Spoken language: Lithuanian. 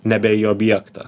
nebe į objektą